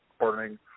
burning